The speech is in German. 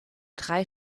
drei